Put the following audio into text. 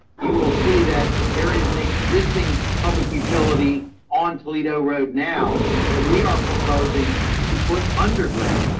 you will see that there is an existing public utility on toledo road now that we are proposing to put underground.